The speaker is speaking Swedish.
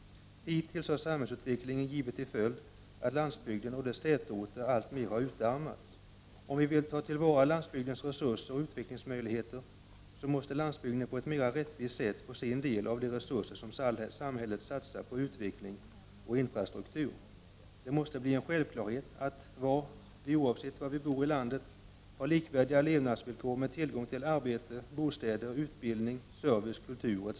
Hittills har samhällsutvecklingen givit till följd att landsbygden och dess tätorter alltmer har utarmats. Om vi vill ta till vara landsbygdens resurser och utvecklingsmöjligheter måste landsbygden på ett mera rättvist sätt få sin del av de resurser som samhället satsar på utveckling och infrastruktur. Det måste bli en självklarhet att vi, oavsett var vi bor i landet, har likvärdiga levnadsvillkor med tillgång till arbete, bostäder, utbildning, service, kultur etc.